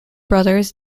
brothers